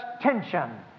tension